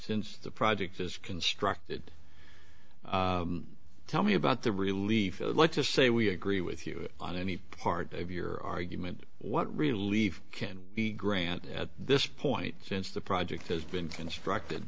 since the project is constructed tell me about the relief let's just say we agree with you on any part of your argument what relief can we grant at this point since the project has been construct